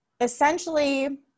essentially